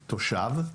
תושב,